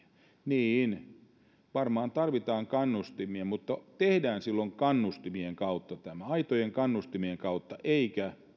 niin varmaan tarvitaan kannustimia mutta tehdään tämä silloin kannustimien kautta aitojen kannustimien kautta eikä